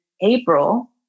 April